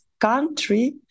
country